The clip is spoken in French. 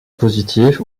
positive